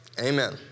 amen